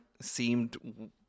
seemed